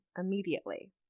immediately